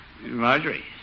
Marjorie